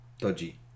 Dodgy